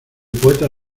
poeta